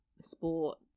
sport